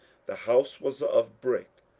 the house was of brick,